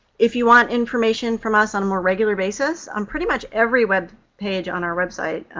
if you want information from us on a more regular basis, on pretty much every web page on our website,